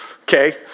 okay